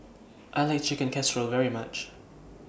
I like Chicken Casserole very much